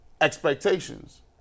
expectations